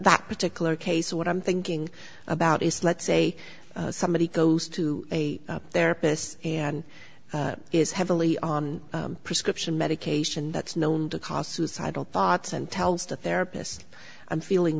that particular case what i'm thinking about is let's say somebody goes to a therapist and is heavily on prescription medication that's known to cause suicidal thoughts and tells the therapist i'm feeling